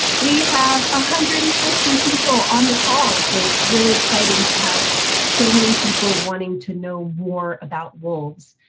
we have one ah hundred and fifty people on the call. so it's really exciting to have so many people wanting to know more about wolves,